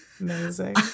amazing